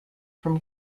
from